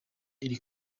iri